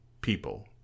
people